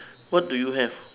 what do you have